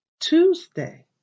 Tuesday